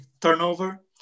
turnover